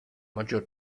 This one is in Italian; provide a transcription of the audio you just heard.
maggior